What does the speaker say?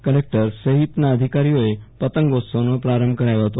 collector સહિતના અધિકારીઓ એ પતંગોત્સવનો પ્રારંભ કરાવ્યો હતો